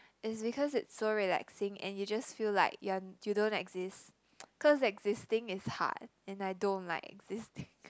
it's because it's so relaxing and you just feel like you're you don't exist cause existing is hard and I don't like existing